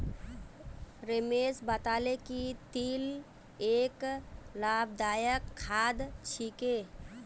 रमेश बताले कि तिल एक लाभदायक खाद्य छिके